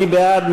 מי בעד?